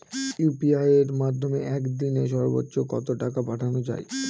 UPI এর মাধ্যমে এক দিনে সর্বচ্চ কত টাকা পাঠানো যায়?